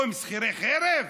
או הם שכירי חרב?